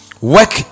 Work